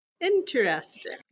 Interesting